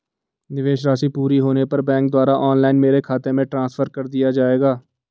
निवेश राशि पूरी होने पर बैंक द्वारा ऑनलाइन मेरे खाते में ट्रांसफर कर दिया जाएगा?